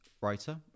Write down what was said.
writer